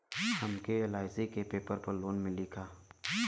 हमके एल.आई.सी के पेपर पर लोन मिली का?